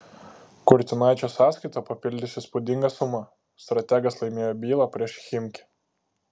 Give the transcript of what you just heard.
kurtinaičio sąskaitą papildys įspūdinga suma strategas laimėjo bylą prieš chimki